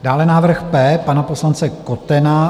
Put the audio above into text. Dále návrh P pana poslance Kotena.